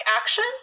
action